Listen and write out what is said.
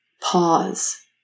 pause